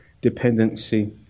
dependency